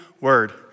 word